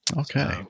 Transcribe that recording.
Okay